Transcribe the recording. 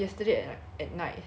她进不了 then